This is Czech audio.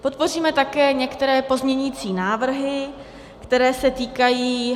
Podpoříme také některé pozměňovací návrhy, které se týkají...